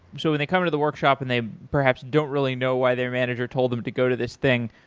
so when they come to the workshop and they perhaps don't really know why their manager told them to go to this thing,